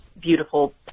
beautiful